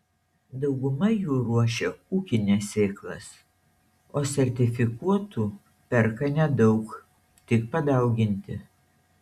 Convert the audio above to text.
dauguma jų ruošia ūkines sėklas o sertifikuotų perka nedaug tik padauginti